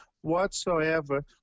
whatsoever